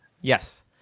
Yes